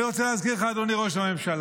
אני רוצה להזכיר לך, אדוני ראש הממשלה: